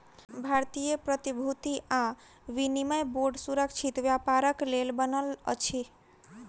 भारतीय प्रतिभूति आ विनिमय बोर्ड सुरक्षित व्यापारक लेल बनल अछि